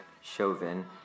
Chauvin